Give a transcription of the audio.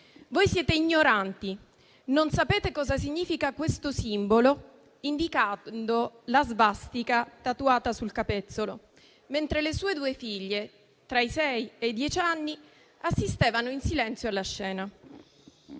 voi siete ignoranti, non sapete cosa significa questo simbolo (indicando la svastica tatuata sul capezzolo). Tutto questo mentre le sue due figlie, tra i sei e i dieci anni, assistevano in silenzio alla scena.